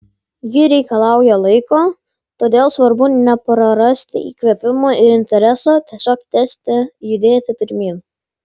ji reikalauja laiko todėl svarbu neprarasti įkvėpimo ir intereso tiesiog tęsti judėti pirmyn